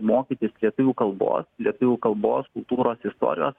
mokytis lietuvių kalbos lietuvių kalbos kultūros istorijos